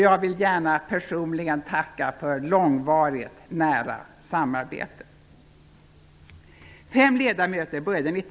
Jag vill gärna personligen tacka för långvarigt, nära samarbete.